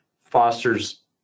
fosters